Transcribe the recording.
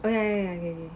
okay think